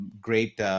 Great